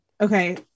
okay